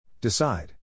Decide